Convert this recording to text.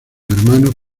hermanos